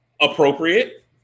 appropriate